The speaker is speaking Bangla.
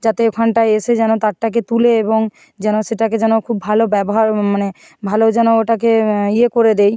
যাতে ওখানটায় এসে যেন তারটাকে তোলে এবং যেন সেটাকে যেন খুব ভালো ব্যবহার মানে ভালো যেন ওটাকে ইয়ে করে দেয়